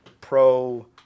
pro